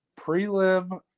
prelim